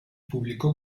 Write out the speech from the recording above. publicó